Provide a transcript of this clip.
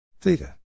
theta